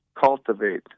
cultivate